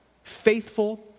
faithful